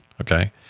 Okay